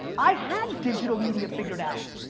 i had digital media figured out.